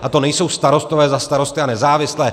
A to nejsou starostové za Starosty a nezávislé.